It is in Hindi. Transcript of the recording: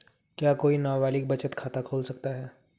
क्या कोई नाबालिग बचत खाता खोल सकता है?